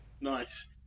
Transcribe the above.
Nice